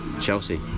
Chelsea